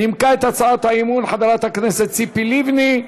נימקה את הצעת האי-אמון חברת הכנסת ציפי לבני.